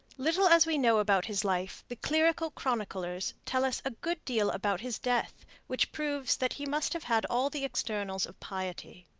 little as we know about his life, the clerical chroniclers tell us a good deal about his death, which proves that he must have had all the externals of piety.